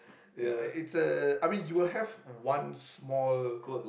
ya it's a I mean you have one small